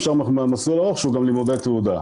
אפשר מסלול ארוך שהוא גם לימודי תעודה,